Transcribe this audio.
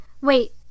Wait